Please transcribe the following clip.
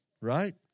right